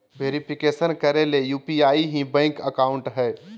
verification करे ले UPI ही बैंक अकाउंट हइ